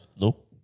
No